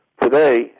Today